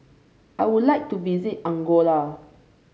I would like to visit Angola